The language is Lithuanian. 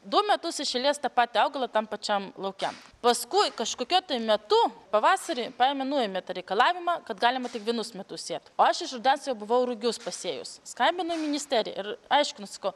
du metus iš eilės tą patį augalą tam pačiam lauke paskui kažkokiuo tai metu pavasarį paėmė nuėmė tą reikalavimą kad galima tik vienus metus sėt o aš iš rudens jau buvau rugius pasėjus skambinau į ministeriją ir aiškinuos sakau